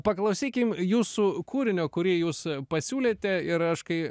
paklausykim jūsų kūrinio kurį jūs pasiūlėte ir aš kai